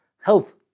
health